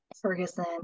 Ferguson